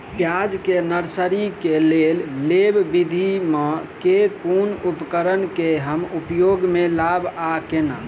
प्याज केँ नर्सरी केँ लेल लेव विधि म केँ कुन उपकरण केँ हम उपयोग म लाब आ केना?